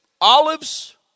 olives